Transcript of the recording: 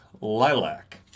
Lilac